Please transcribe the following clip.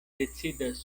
decidas